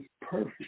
perfect